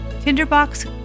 Tinderbox